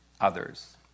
others